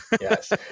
Yes